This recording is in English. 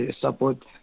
support